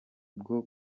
bwo